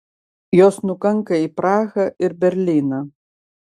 jos nukanka į prahą ir berlyną